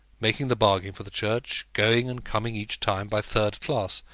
making the bargain for the church, going and coming each time by third-class,